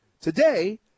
Today